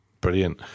Brilliant